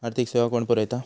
आर्थिक सेवा कोण पुरयता?